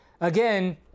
again